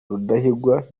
rudahigwa